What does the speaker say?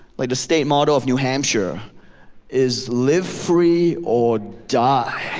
like the state motto of new hampshire is, live free or die!